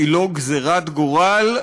היא לא גזירת גורל,